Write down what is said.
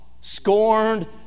scorned